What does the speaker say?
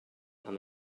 and